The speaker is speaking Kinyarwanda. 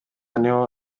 niho